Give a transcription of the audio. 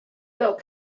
deuh